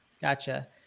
gotcha